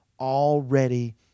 already